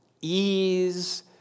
ease